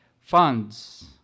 funds